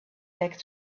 back